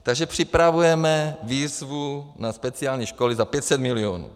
Takže připravujeme výzvu na speciální školy za 500 milionů.